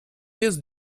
jest